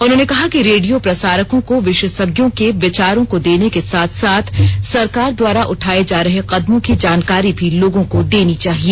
उन्होंने कहा कि रेडियो प्रसारकों को विशेषज्ञों के विचारों को देने के साथ साथ सरकार द्वारा उठाए जा रहे कदमों की जानकारी भी लोगों को देनी चाहिए